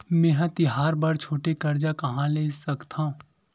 मेंहा तिहार बर छोटे कर्जा कहाँ ले सकथव?